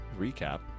recap